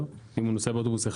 לא, אם הוא קונה כרטיס אחד.